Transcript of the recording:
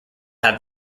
have